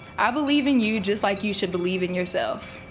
i believe in you just like you should believe in yourself.